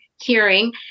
hearing